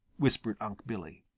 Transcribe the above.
whispered unc' billy.